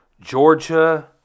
Georgia